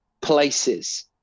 places